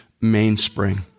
mainspring